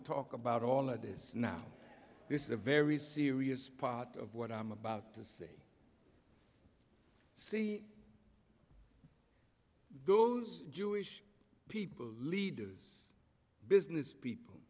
to talk about all of this now this is a very serious part of what i'm about to say see those jewish people leaders business people